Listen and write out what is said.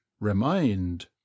remained